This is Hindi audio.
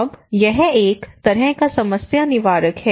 अब यह एक तरह का समस्या निवारक है